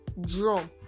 drum